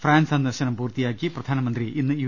France സന്ദർശനം പൂർത്തിയാക്കി പ്രധാനമന്ത്രി ഇന്ന് യു